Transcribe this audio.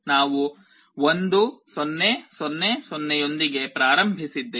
ನಾವು 1 0 0 0 ನೊಂದಿಗೆ ಪ್ರಾರಂಭಿಸಿದ್ದೇವೆ